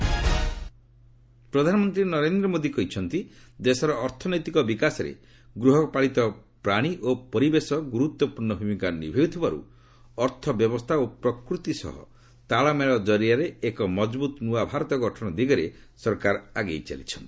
PM welfare scheme ପ୍ରଧାନମନ୍ତ୍ରୀ ନରେନ୍ଦ୍ର ମୋଦି କହିଛନ୍ତି ଦେଶର ଅର୍ଥନୈତିକ ବିକାଶରେ ଗୃହପାଳିତ ପ୍ରାଣୀ ଓ ପରିବେଶ ଗୁରୁତ୍ୱପୂର୍ଣ୍ଣ ଭୂମିକା ନିଭାଉଥିବାରୁ ଅର୍ଥ ବ୍ୟବସ୍ଥା ଓ ପ୍ରକୃତି ସହ ତାଳମେଳ ଜରିଆରେ ଏକ ମଜବୁତ୍ ନୂଆ ଭାରତ ଗଠନ ଦିଗରେ ସରକାର ଆଗେଇ ଚାଲିଛନ୍ତି